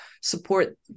support